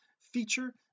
feature